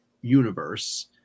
universe